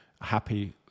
happy